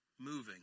Moving